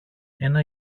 ένα